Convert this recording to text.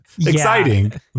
Exciting